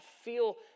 feel